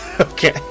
Okay